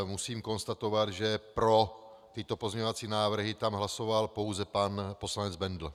Musím konstatovat, že pro tyto pozměňovací návrhy tam hlasoval pouze pan poslanec Bendl.